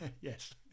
Yes